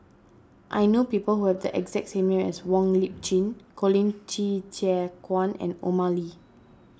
I know people who have the exact name as Wong Lip Chin Colin Qi Zhe Quan and Omar Ali